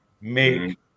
make